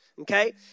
Okay